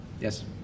Yes